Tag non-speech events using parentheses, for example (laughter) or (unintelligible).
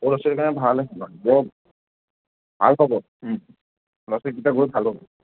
সৰু ল'ৰা ছোৱালীৰ কাৰণে ভাল (unintelligible) বৰ ভাল পাব ল'ৰা ছোৱালীকেইটা গৈ ভাল পাব